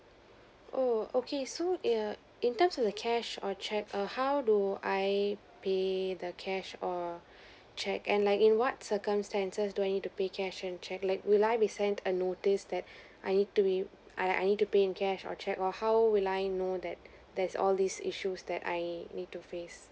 oh okay so err in terms of the cash or cheque err how do I pay the cash or cheque and like in what circumstances do I need to pay cash and cheque like will I be sent a notice that I need to be I I need to pay in cash or cheque or how will I know that there's all these issues that I need to face